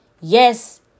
Yes